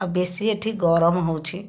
ଆଉ ବେଶି ଏଠି ଗରମ ହେଉଛି